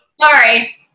Sorry